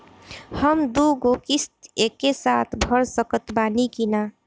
हम दु गो किश्त एके साथ भर सकत बानी की ना?